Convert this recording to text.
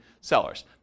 sellers